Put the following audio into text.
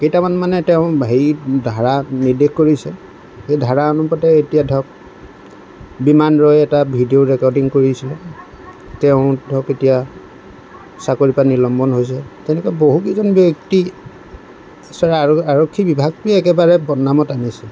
কেইটামান মানে তেওঁ হেৰি ধাৰা নিৰ্দেশ কৰিছে সেই ধাৰা অনুপাতে এতিয়া ধৰক বিমান ৰয়ে এটা ভিডিঅ' ৰেকৰ্ডিং কৰিছিলে তেওঁ ধৰক এতিয়া চাকৰিৰ পৰা নিলম্বন হৈছে তেনেকৈ বহু কেইজন ব্যক্তি আচলতে আৰক্ষী বিভাগটোৱে একেবাৰে বদনামত আনিছে